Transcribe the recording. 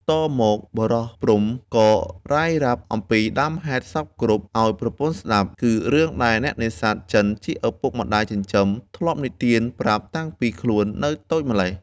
តមក បុរសព្រហ្ម ក៏រ៉ាយរ៉ាប់អំពីដើមហេតុសព្វគ្រប់ឱ្យប្រពន្ធស្តាប់គឺរឿងដែលអ្នកនេសាទចិនជាឪពុកម្តាយចិញ្ចឹម ធ្លាប់និទានប្រាប់តាំងពីខ្លួននៅតូចម្ល៉េះ។